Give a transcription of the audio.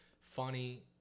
funny